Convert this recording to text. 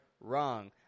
wrong